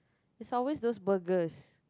is always those burgers